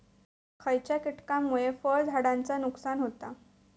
खयच्या किटकांमुळे फळझाडांचा नुकसान होता?